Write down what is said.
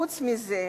חוץ מזה,